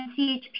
CHP